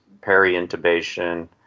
peri-intubation